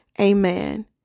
Amen